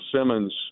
Simmons